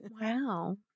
Wow